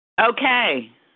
Okay